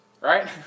right